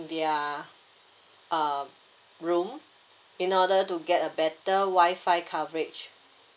their uh room in order to get a better wi-fi coverage